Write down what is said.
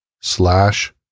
slash